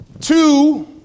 Two